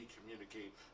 communicate